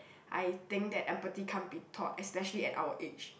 I think that empathy can't be taught especially at our age